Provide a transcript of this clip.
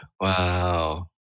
Wow